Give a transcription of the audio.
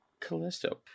Callisto